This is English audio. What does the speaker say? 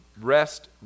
Rest